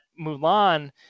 mulan